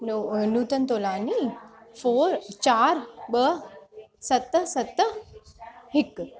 नू नूतन तोलानी फ़ोर चार ॿ सत सत हिकु